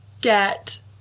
get